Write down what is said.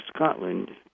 Scotland